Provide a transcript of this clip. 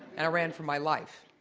and i ran for my life.